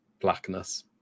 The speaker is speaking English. blackness